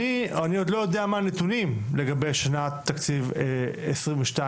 אני עוד לא יודע מה הנתונים לגבי שנת התקציב 2022,